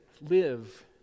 live